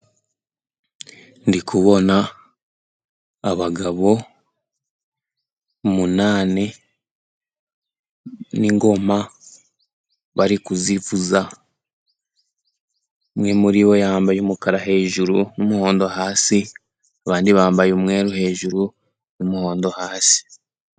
Ndikubona abagabo umunani n'ingoma bari kuzivuza, umwe muri bo yambaye umukara hejuru n'umuhondo hasi, abandi bambaye umweru hejuru n'umuhondo hasi.